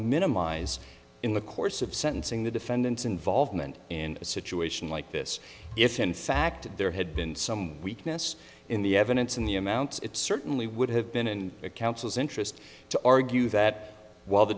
minimize in the course of sentencing the defendant's involvement in a situation like this if in fact there had been some weakness in the evidence in the amounts it certainly would have been in the council's interest to argue that while the